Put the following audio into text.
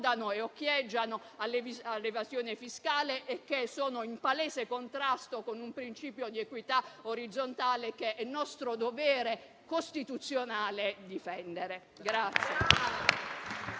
e occhieggiano all'evasione fiscale e che sono in palese contrasto con un principio di equità orizzontale che è nostro dovere costituzionale difendere.